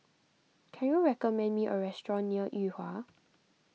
can you recommend me a restaurant near Yuhua